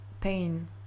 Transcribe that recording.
pain